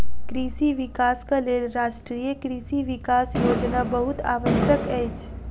कृषि विकासक लेल राष्ट्रीय कृषि विकास योजना बहुत आवश्यक अछि